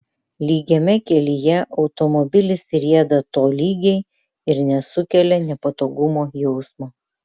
lygiame kelyje automobilis rieda tolygiai ir nesukelia nepatogumo jausmo